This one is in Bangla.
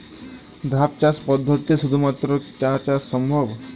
ধাপ চাষ পদ্ধতিতে শুধুমাত্র চা চাষ সম্ভব?